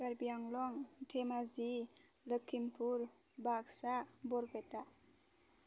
कारबिआंलं Dhemaji Lakhimpur Baksa Barpeta